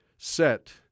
set